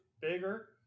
bigger